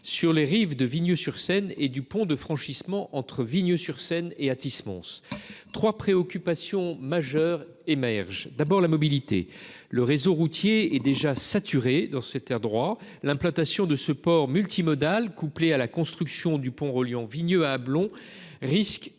sur les rives de Vigneux sur Seine et du pont de franchissement entre Vigneux sur Seine et Athis Mons. Trois préoccupations majeures émergent. D’abord, la mobilité. Le réseau routier est déjà saturé. L’implantation de ce port multimodal, couplée à la construction du pont reliant Vigneux à Ablon, risque